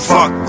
Fuck